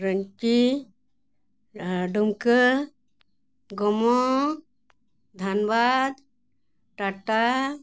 ᱨᱟᱝᱠᱤ Dumka Gomo Dhanbad Tata